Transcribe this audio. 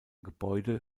gebäude